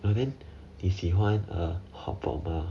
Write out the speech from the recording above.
oh then 你喜欢 uh hotpot mah